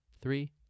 three